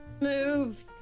Move